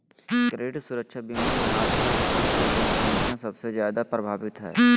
credit सुरक्षा बीमा मे आजकल भारत के जन्संख्या सबसे जादे प्रभावित हय